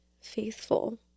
faithful